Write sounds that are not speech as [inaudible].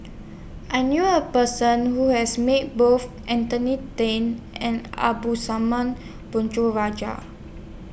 I knew A Person Who has Met Both Anthony Then and [unintelligible] Rajah